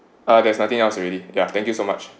there's nothing else already yeah thank you so much